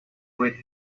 great